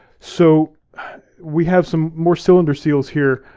so we have some more cylinder seals here,